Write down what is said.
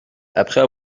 après